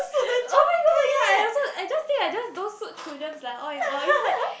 oh-my-god ya I also I just think I just don't suit childrens lah all in all it's like